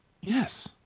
yes